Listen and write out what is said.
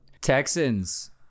Texans